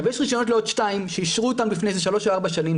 יש רשיונות לעוד שניים שאישרו לפני שלוש-ארבע שנים,